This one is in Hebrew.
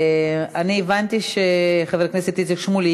אני הבנתי שחבר הכנסת איציק שמולי,